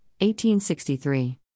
1863